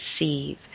receive